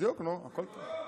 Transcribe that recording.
הכול טוב.